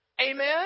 Amen